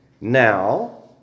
Now